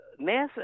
NASA